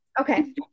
Okay